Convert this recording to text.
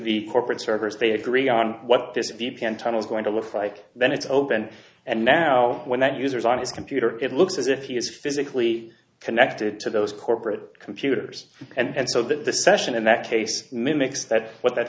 the corporate servers they agree on what this v p n tunnels going to look like then it's open and now when that user's on his computer it looks as if he's physically connected to those corporate computers and so that the session in that case mimics that what that